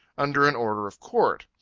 under an order of court.